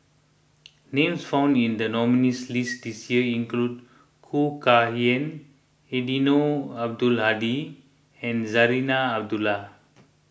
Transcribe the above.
names found in the nominees' list this year include Khoo Kay Hian Eddino Abdul Hadi and Zarinah Abdullah